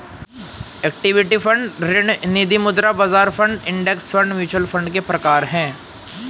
equity fund ऋण निधिमुद्रा बाजार fund index fund mutual fund के प्रकार हैं